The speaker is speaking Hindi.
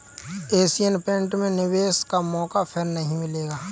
एशियन पेंट में निवेश का मौका फिर नही मिलेगा